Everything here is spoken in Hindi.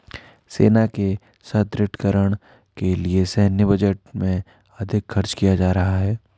सेना के सुदृढ़ीकरण के लिए सैन्य बजट में अधिक खर्च किया जा रहा है